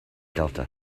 delta